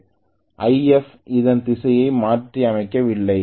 Ifஅதன் திசையை மாற்றியமைக்கவில்லை